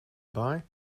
baai